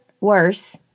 worse